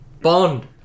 Bond